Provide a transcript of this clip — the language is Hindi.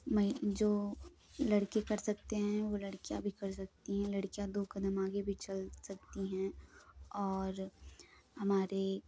वहीं जो लड़के कर सकते हैं वो लड़कियाँ भी कर सकती हैं लड़कियाँ दो कदम आगे भी चल सकती हैं और हमारे